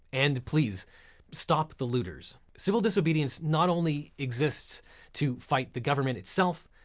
and please stop the looters. civil disobedience not only exists to fight the government itself,